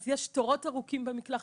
אז יש תורים ארוכים במקלחת.